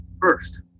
first